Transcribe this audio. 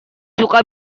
suka